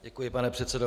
Děkuji, pane předsedo.